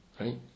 right